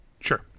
sure